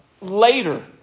later